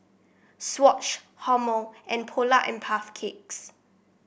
Swatch Hormel and Polar and Puff Cakes